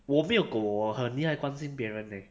我没有狗我很厉害关心别人 leh